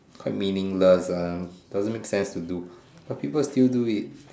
quite meaningless ah doesn't make sense to do but people still do it